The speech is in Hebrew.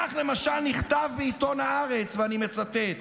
כך למשל נכתב בעיתון הארץ, ואני מצטט: